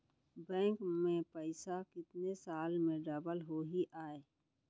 Bank में पइसा कितने साल में डबल होही आय?